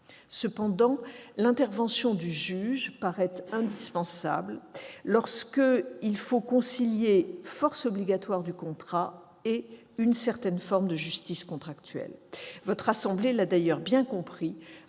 Cependant, l'intervention du juge paraît indispensable lorsqu'il faut concilier la force obligatoire du contrat et une certaine forme de justice contractuelle. Votre assemblée l'a d'ailleurs bien compris,